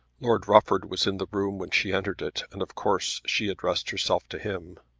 lord rufford was in the room when she entered it and of course she addressed herself to him.